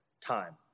time